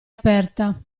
aperta